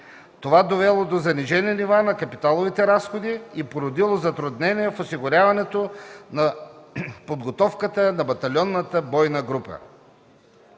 Това е довело до занижени нива на капиталовите разходи и е породило затруднения в осигуряването на подготовката на батальонната бойна група.